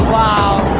wow!